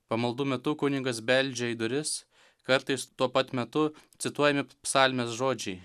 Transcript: pamaldų metu kunigas beldžia į duris kartais tuo pat metu cituojami psalmės žodžiai